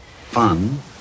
Fun